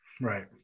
right